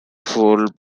full